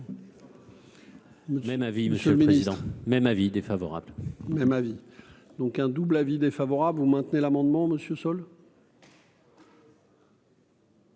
Même avis monsieur le mieux disant même avis défavorable. Mais ma vie, donc un double avis défavorable, vous maintenez l'amendement monsieur sol.